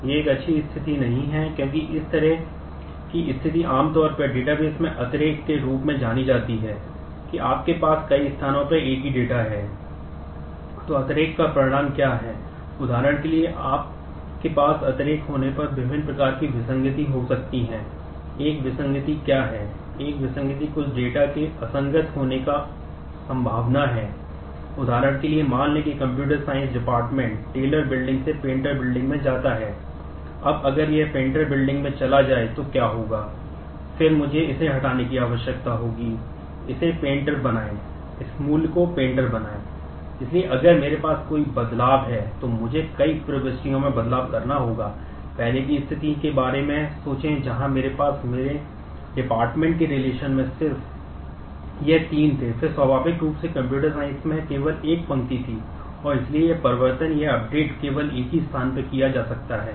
यह एक अच्छी स्थिति नहीं है क्योंकि इस तरह की स्थिति आमतौर पर डेटाबेस केवल एक ही स्थान पर किया जा सकता है